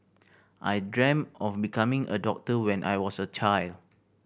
I dream of becoming a doctor when I was a child